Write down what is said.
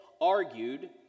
argued